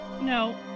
No